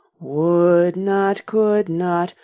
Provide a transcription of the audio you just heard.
would not, could not,